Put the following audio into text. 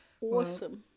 Awesome